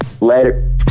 Later